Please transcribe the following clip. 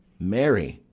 marry,